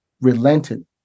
relented